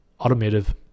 automotive